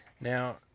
Now